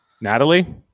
Natalie